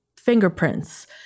fingerprints